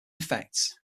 effect